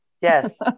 Yes